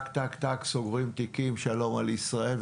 יסגרו את התיקים ושלום על ישראל.